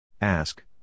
Ask